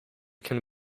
can